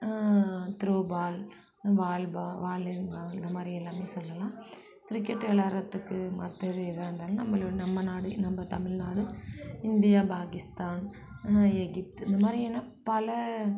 throw ball volleyball இந்த மாரி எல்லாம் சொல்லலாம் கிரிக்கெட் விளையாடுறதுக்கு மற்றது எதாக இருந்தாலும் நம்மளும் நம்ம நாடு நம்ம தமிழ் நாடு இந்தியா பாகிஸ்தான் எகிப்து இந்த மாதிரியான பல